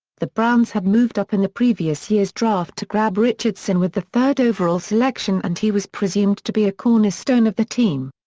the browns had moved up in the previous year's draft to grab richardson with the third overall selection and he was presumed to be a cornerstone of the team.